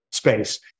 space